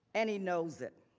and he knows it.